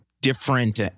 different